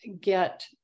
get